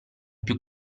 più